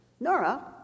Nora